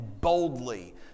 boldly